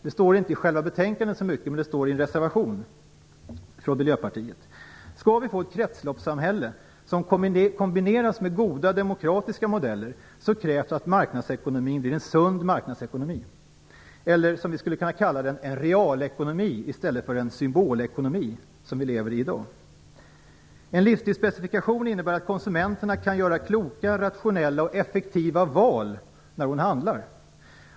Det står inte i själva betänkandet så mycket men i en reservation från Miljöpartiet. Skall vi få ett kretsloppssamhälle som kombineras med goda demokratiska modeller krävs att marknadsekonomin blir en sund marknadsekonomi eller, som vi skulle kunna kalla den, en realekonomi i stället för den symbolekonomi som vi i dag lever i. En livstidsspecifikation innebär att konsumenterna kan träffa kloka, rationella och effektiva val när de handlar.